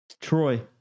Troy